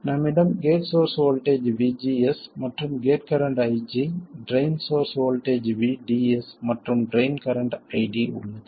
நம்மிடம் gate source voltage VGS மற்றும் gate current IG drain source voltage VDS மற்றும் drain current ID உள்ளது